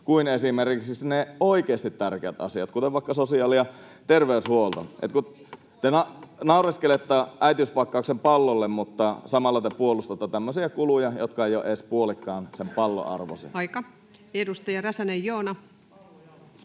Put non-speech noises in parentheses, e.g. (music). kuin esimerkiksi ne oikeasti tärkeät asiat, kuten vaikka sosiaali- ja terveydenhuolto? (noise) Te naureskelette äitiyspakkauksen pallolle, mutta samalla te puolustatte tämmöisiä kuluja, jotka eivät ole edes puolikkaan pallon arvoisia. [Speech 207] Speaker: